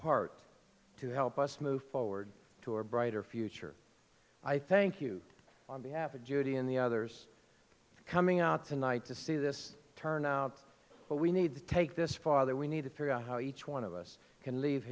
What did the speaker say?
part to help us move forward to a brighter future i thank you on behalf of judy and the others coming out tonight to see this turn out but we need to take this father we need to figure out how each one of us can leave